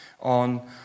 on